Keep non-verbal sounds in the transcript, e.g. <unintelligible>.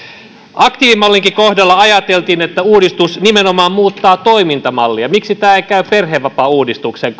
aktiivimallinkin kohdalla ajateltiin että uudistus nimenomaan muuttaa toimintamallia miksi tällainen logiikka ei käy perhevapaauudistuksen <unintelligible>